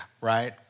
right